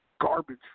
garbage